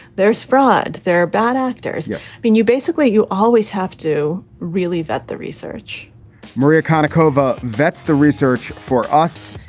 there's fraud. there are bad actors. i yeah mean, you basically you always have to really vet the research maria konnikova vets the research for us.